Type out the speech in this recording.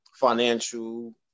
financial